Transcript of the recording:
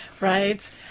right